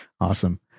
Awesome